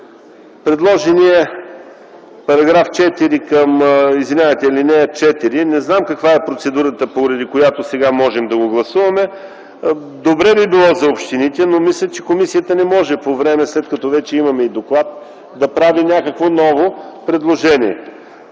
Предложената ал. 4 – не знам каква е процедурата, по която сега можем да го гласуваме. Добре би било за общините, но мисля, че комисията не може, след като вече имаме и доклад, да прави някакво ново предложение.